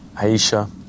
Aisha